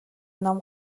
ном